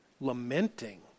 lamenting